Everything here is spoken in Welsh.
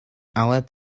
aled